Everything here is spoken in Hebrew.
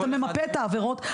אתה ממפה את העבירות.